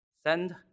Send